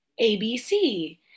ABC